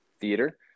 theater